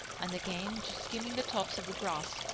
and again just skimming the tops of the grass,